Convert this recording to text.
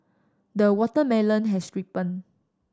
the watermelon has ripened